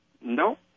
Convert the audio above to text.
No